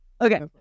okay